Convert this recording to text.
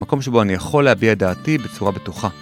מקום שבו אני יכול להביע את דעתי בצורה בטוחה.